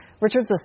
Richard